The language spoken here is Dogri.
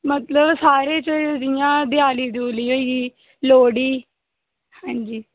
मतलब सारे इंया देआली होई लोह्ड़ी आं जी